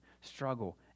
struggle